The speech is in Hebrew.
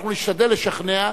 אנחנו נשתדל לשכנע,